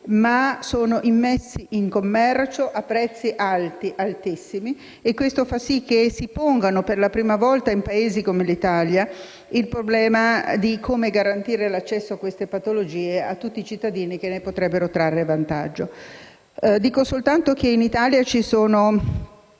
che sono immessi in commercio a prezzi altissimi. Ciò fa sì che si ponga, per la prima volta in Paesi come l'Italia, il problema di come garantire l'accesso a questi farmaci per tutti i cittadini che potrebbero trarne vantaggio. Ricordo soltanto che in Italia c'è oltre